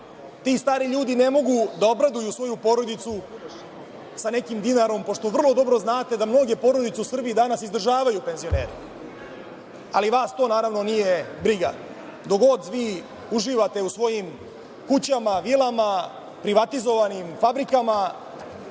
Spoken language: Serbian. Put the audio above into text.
Ti stari ljudi ne mogu da obraduju svoju porodicu sa nekim dinarom, pošto vrlo dobro znate da mnoge porodice u Srbiji danas izdržavaju penzioneri, ali vas to nije briga. Dok god vi uživate u svojim kućama, vilama, privatizovanim fabrikama,